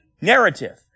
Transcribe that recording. narrative